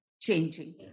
changing